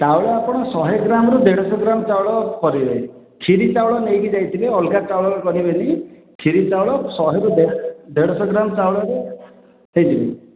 ଚାଉଳ ଆପଣ ଶହେ ଗ୍ରାମରୁ ଦେଢ଼ଶ ଗ୍ରାମ ଚାଉଳ କରିବେ ଖିରି ଚାଉଳ ନେଇକି ଯାଇଥିବେ ଅଲଗା ଚାଉଳରେ କରିବେନି ଖିରି ଚାଉଳ ଶହେ ରୁ ଦେଢ଼ଶ ଗ୍ରାମ ଚାଉଳରେ ହେଇଯିବ